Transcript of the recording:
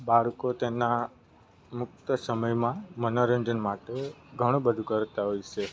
બાળકો તેના મુક્ત સમયમાં મનોરંજન માટે ઘણું બધું કરતા હોય છે